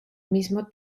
mismo